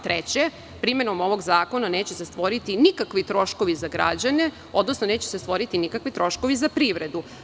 Treće, primenom ovog zakona neće se stvoriti nikakvi troškovi za građane, odnosno, neće se stvoriti nikakvi troškovi za privredu.